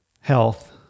health